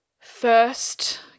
First